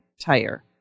tire